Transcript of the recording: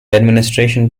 administration